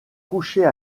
coucher